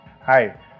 Hi